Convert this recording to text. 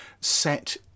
set